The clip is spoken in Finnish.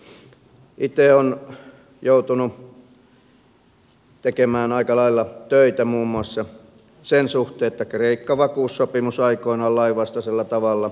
itse olen joutunut tekemään aika lailla töitä muun muassa sen suhteen että kreikka vakuussopimus aikoinaan lainvastaisella tavalla salattiin